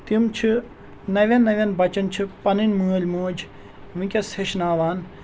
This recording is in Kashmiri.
تِم چھِ نوٮ۪ن نوٮ۪ن بَچَن چھِ پَنٕنۍ مٲلۍ موج وٕنۍکٮ۪س ہیٚچھناوان